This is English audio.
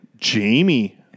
Jamie